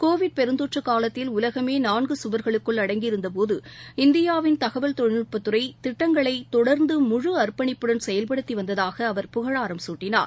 Covid பெருந்தொற்றுகாலத்தில் உலகமேநான்குகவா்களுக்குள் அடங்கி இருந்தபோது இந்தியாவின் தகவல் தொழில்நுட்பத்துறைதிட்டங்களைதொடர்ந்து முழு அர்ப்பணிப்புடன் செயல்படுத்திவந்ததாகஅவர் புகழாரம் குட்டினார்